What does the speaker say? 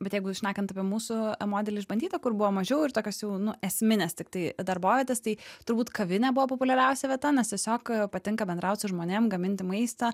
bet jeigu šnekant apie mūsų modelį išbandytą kur buvo mažiau ir tokios jau nu esminės tiktai darbovietės tai turbūt kavinė buvo populiariausia vieta nes tiesiog patinka bendraut su žmonėm gaminti maistą